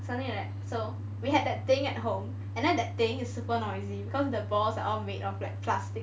something like that so we had that thing at home and then that thing is super noisy because the balls are all made of like plastic